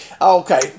Okay